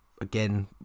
again